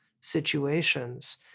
situations